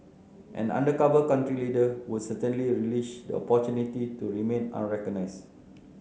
an undercover country leader would certainly relish the opportunity to remain unrecognised